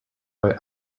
boy